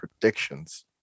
predictions